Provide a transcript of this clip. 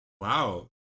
wow